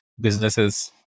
businesses